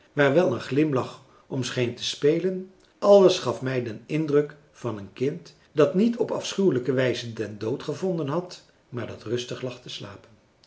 waar wel een glimlach om scheen te spelen alles gaf mij den indruk van een kind dat niet op afschuwelijke wijze den dood gevonden had maar dat rustig lag te slapen